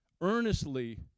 earnestly